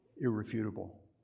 irrefutable